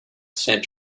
sent